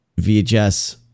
VHS